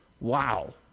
Wow